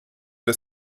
das